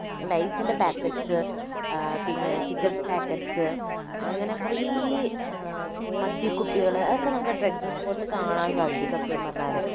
ലെയ്സിൻറ്റെ packets പിന്നെ cigarette packets അങ്ങനെ കുറേ മദ്യ കുപ്പികള് അതൊക്കെ നമുക്ക് ട്രക്കിംഗ് സ്പോട്ടില് കാണാൻ പറ്റും സത്യം പറഞ്ഞാല്